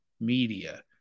media